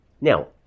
Now